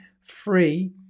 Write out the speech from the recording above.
free